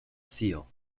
seal